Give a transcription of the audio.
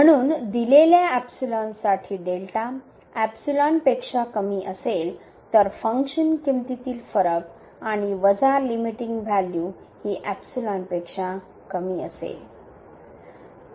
म्हणून साठी पेक्षा कमी असेल तर फंक्शन किंमतीतील फरक आणि वजा लिमीटीन्ग व्हॅल्यू हि पेक्षा कमी असेल